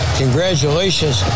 congratulations